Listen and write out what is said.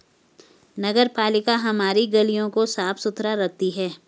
नगरपालिका हमारी गलियों को साफ़ सुथरा रखती है